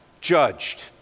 judged